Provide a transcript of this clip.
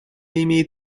имеет